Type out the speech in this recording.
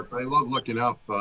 i love looking up,